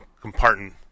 compartment